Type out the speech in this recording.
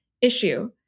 issue